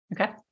Okay